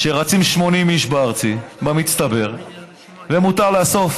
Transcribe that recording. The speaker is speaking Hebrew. ורצים 80 איש בארצי במצטבר ומותר לאסוף